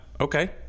Okay